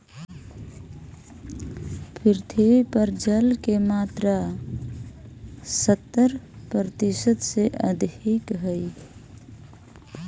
पृथ्वी पर जल के मात्रा सत्तर प्रतिशत से अधिक हई